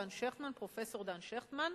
פרופסור דן שכטמן,